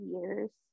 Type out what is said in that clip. years